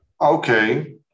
Okay